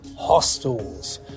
Hostels